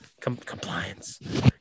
Compliance